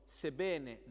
sebbene